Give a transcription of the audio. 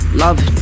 love